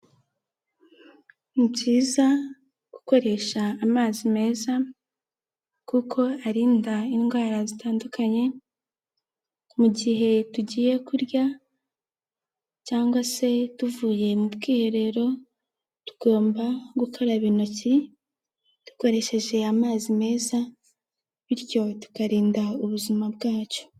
Ni byiza gukoresha amazi meza kuko arinda indwara zitandukanye, mu gihe tugiye kurya cyangwa se tuvuye mu bwiherero tugomba gukaraba intoki dukoresheje amazi meza bityo tukarinda ubuzima bwacu.